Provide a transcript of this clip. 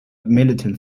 militant